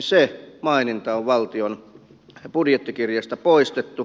se maininta on valtion budjettikirjasta poistettu